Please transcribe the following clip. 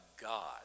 God